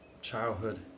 childhood